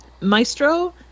maestro